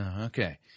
Okay